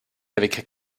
avec